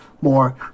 more